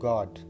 God